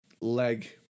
leg